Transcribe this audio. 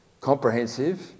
Comprehensive